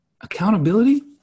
Accountability